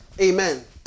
Amen